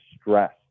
stress